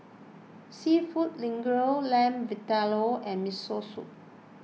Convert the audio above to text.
Seafood Linguine Lamb Vindaloo and Miso Soup